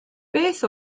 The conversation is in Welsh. beth